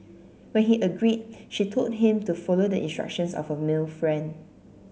when he agreed she told him to follow the instructions of a male friend